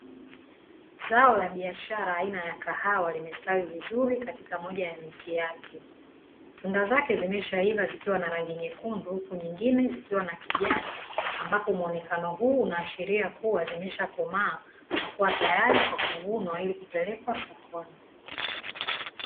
Zao la biashara aina ya kahawa linastawi vizuri katika moja miti yake. Tunda zake zimeiva vizuri, zikiwa na rangi nyekundu huku nyingine ziko na rangi ya kijani ambapo muonekano huu, unaashiria zimeshakomaa na kuwa tayari kwa kuvunwa na kupelekwa sokoni.